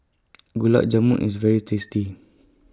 Gulab Jamun IS very tasty